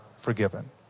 forgiven